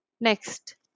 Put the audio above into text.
Next